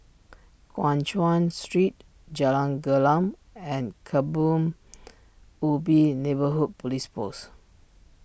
Guan Chuan Street Jalan Gelam and Kebun Ubi Neighbourhood Police Post